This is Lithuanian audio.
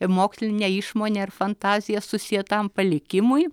moksline išmone ir fantazija susietam palikimui